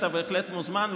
אתה בהחלט מוזמן,